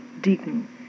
Deacon